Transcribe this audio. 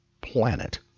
planet